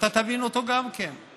ותבין אותו גם אתה,